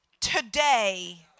today